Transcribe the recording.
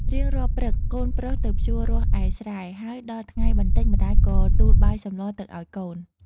រៀងរាល់ព្រឹក កូនប្រុសទៅភ្ជួររាស់ឯស្រែ ហើយដល់ថ្ងៃបន្តិចម្ដាយក៏ទូលបាយសម្លទៅឲ្យកូន។